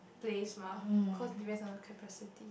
place mah cause depends on the capacity